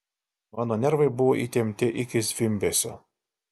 mano nervai buvo įtempti iki zvimbesio